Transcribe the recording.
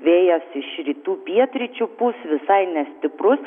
vėjas iš rytų pietryčių pūs visai nestiprus